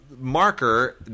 Marker